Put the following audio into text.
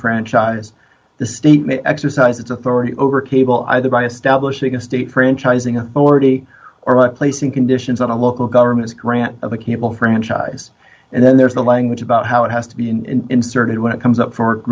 franchise the state may exercise its authority over people either by establishing a state franchising authority or placing conditions on a local government's grant of a cable franchise and then there's the language about how it has to be in inserted when it comes up for